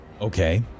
Okay